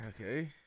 Okay